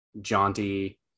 jaunty